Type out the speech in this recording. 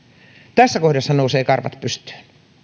tässä kohdassa nousevat karvat pystyyn